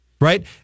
right